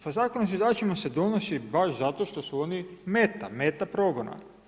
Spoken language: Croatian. Pa zakon o zviždačima se donosi baš zato što su oni meta, meta progona.